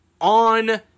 on